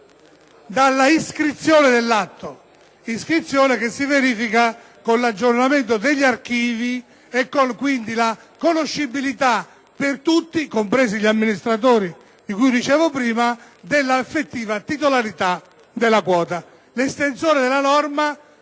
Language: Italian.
dall’iscrizione dell’atto. Tale iscrizione si verifica con l’aggiornamento degli archivi e con la conoscibilita per tutti, compresi gli amministratori di cui dicevo prima, della effettiva titolaritadella quota. L’estensore della norma